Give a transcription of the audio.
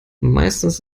meistens